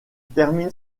termine